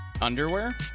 Underwear